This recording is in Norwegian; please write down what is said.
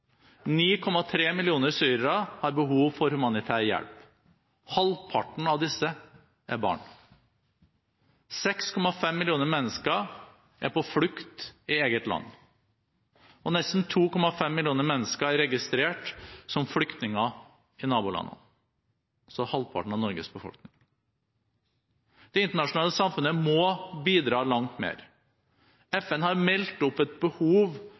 9,3 millioner syrere har behov for humanitær hjelp. Halvparten av disse er barn. 6,5 millioner mennesker er på flukt i eget land. Nesten 2,5 millioner mennesker er registrert som flyktninger i nabolandene – antallet tilsvarer altså halvparten av Norges befolkning. Det internasjonale samfunnet må bidra langt mer. FN har meldt et behov